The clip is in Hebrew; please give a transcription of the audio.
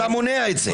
אתה מונע את זה.